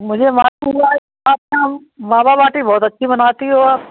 मुझे मावा बाटी बहुत अच्छी बनाती हो आप